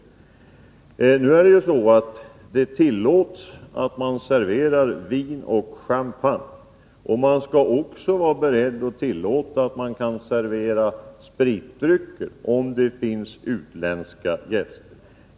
Nu är det ju så att det tillåts att man serverar vin och champagne, och man skall också vara beredd att tillåta servering av spritdrycker om det finns utländska gäster.